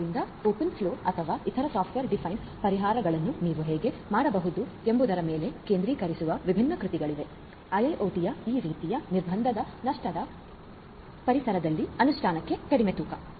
ಆದ್ದರಿಂದ ತೆರೆದ ಹರಿವುಓಪನ್ ಫ್ಲೋ ಅಥವಾ ಇತರ ಸಾಫ್ಟ್ವೇರ್ ಡಿಫೈನ್ಡ ಪರಿಹಾರಗಳನ್ನು ನೀವು ಹೇಗೆ ಮಾಡಬಹುದು ಎಂಬುದರ ಮೇಲೆ ಕೇಂದ್ರೀಕರಿಸುವ ವಿಭಿನ್ನ ಕೃತಿಗಳು ಇವೆ IIoT ಯ ಈ ರೀತಿಯ ನಿರ್ಬಂಧದ ನಷ್ಟದ ಪರಿಸರದಲ್ಲಿ ಅನುಷ್ಠಾನಕ್ಕೆ ಕಡಿಮೆ ತೂಕ